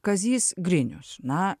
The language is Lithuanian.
kazys grinius na